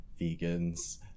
vegans